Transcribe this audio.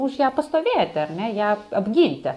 už ją pastovėti ar ne ją apginti